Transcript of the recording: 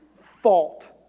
fault